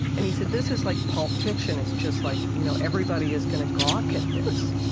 and he said, this is like pulp fiction. it's just, like, you know everybody is going to gawk at this.